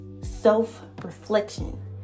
self-reflection